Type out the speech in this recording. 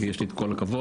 כי יש לי את כל הכבוד,